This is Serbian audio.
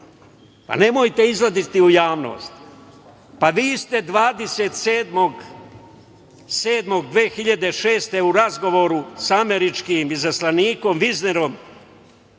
nemojte izlaziti u javnost. Vi ste 27. 7. 2006. godine u razgovoru sa američkim izaslanikom Viznerom